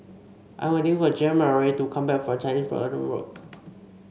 I'm waiting for Jeanmarie to come back from Chinese Garden Road